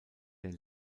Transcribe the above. der